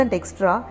extra